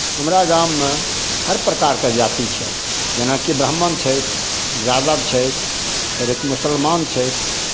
हमरा गाममे हर प्रकारके जाति छै जेनाकि ब्राह्मण छथि यादव छथि थोड़ेक मुस्लमान छथि